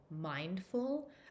mindful